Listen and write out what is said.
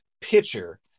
pitcher